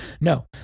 No